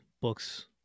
Books